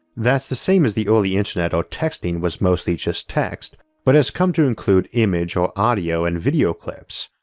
that's the same as the early internet or texting was mostly just text but has come to include image or audio and video clips.